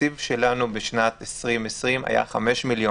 התקציב שלנו בשנת 2020 היה 5 מיליון,